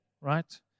right